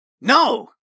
No